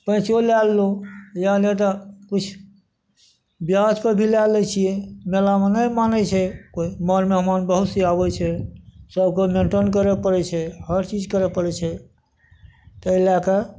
पैँचो लए लेलहुॅं या नहि तऽ किछु ब्याजपर भी लए लै छियै मेलामे नहि मानै छै कोइ मर मेहमान बहुत से आबै छै सबके मेन्टन करए पड़ै छै हर चीज करऽ पड़ै छै तेॅं लए कऽ